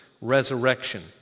resurrection